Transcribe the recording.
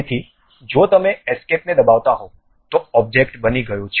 તેથી જો તમે એસ્કેપને દબાવતા હો તો ઑબ્જેક્ટ બની ગયો છે